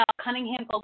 Cunningham